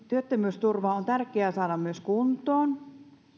työttömyysturva on tärkeä saada myös kuntoon